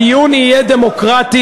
הדיון יהיה דמוקרטי,